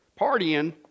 partying